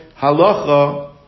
halacha